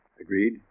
Agreed